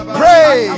pray